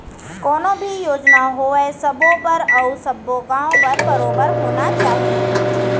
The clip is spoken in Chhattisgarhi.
कोनो भी योजना होवय सबो बर अउ सब्बो गॉंव बर बरोबर होना चाही